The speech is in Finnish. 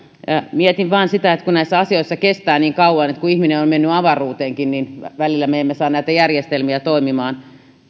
mietin vain sitä että näissä asioissa kestää niin kauan että ihminen on mennyt avaruuteenkin mutta välillä me emme saa näitä järjestelmiä toimimaan